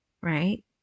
right